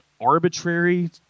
arbitrary